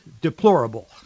deplorable